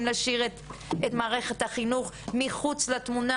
להשאיר את מערכת החינוך מחוץ לתמונה,